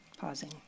Pausing